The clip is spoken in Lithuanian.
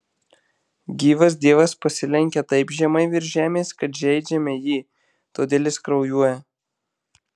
gyvas dievas pasilenkia taip žemai virš žemės kad žeidžiame jį todėl jis kraujuoja